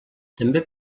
també